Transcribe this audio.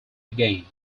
again